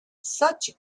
such